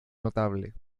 notable